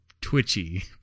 twitchy